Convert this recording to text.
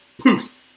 poof